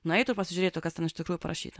nueitų ir pasižiūrėtų kas ten iš tikrųjų parašyta